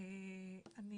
אני